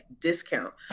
discount